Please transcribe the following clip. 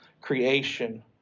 creation